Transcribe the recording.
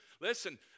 listen